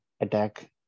attack